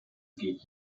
geht